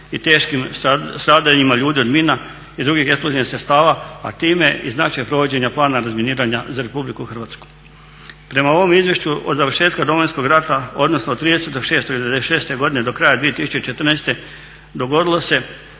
i teškim stradanjima ljudi od mina i drugih eksplozivnih sredstava, a time i značaj provođenja plana razminiranja za RH. Prema ovom izvješću od završetka Domovinskog rata odnosno od 30.6.1996.godine do kraja 2014.dogodilo se